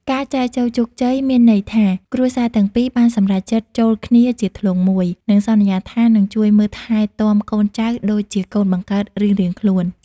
ការចែចូវជោគជ័យមានន័យថា គ្រួសារទាំងពីរបានសម្រេចចិត្ត "ចូលគ្នាជាធ្លុងមួយ" និងសន្យាថានឹងជួយមើលថែទាំកូនចៅដូចជាកូនបង្កើតរៀងៗខ្លួន។